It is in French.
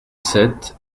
sept